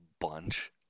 bunch